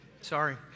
sorry